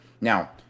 Now